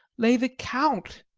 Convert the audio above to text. lay the count!